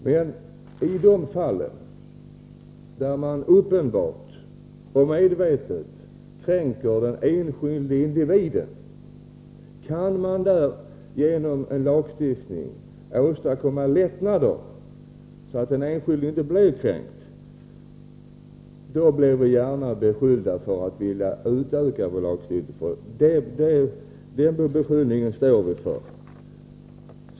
Men kan vi i de fall där man uppenbart och medvetet kränker den enskilda individen genom lagstiftning åstadkomma sådana lättnader att den enskilde inte längre blir kränkt, vill vi göra det. Då blir vi gärna beskyllda för att vilja utöka lagstiftningen. Det står vi för i just de fallen.